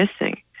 missing